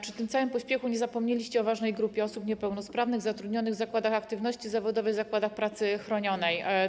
Przy tym całym pośpiechu zapomnieliście o ważnej grupie osób niepełnosprawnych, zatrudnionych w zakładach aktywności zawodowej, zakładach pracy chronionej.